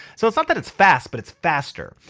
so it's not that it's fast but it's faster.